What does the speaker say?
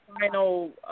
final